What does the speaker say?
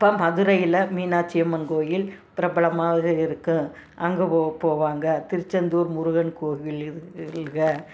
இப்போ மதுரையில் மீனாட்சி அம்மன் கோவில் பிரபலமாக இருக்கும் அங்கே போ போவாங்க திருச்செந்தூர் முருகன் கோவில் இது இதுகள்க